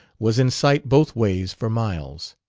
was in sight both ways for miles.